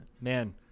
Man